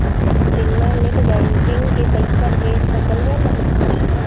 बिना net banking के पईसा भेज सकल जाला?